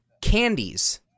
Candies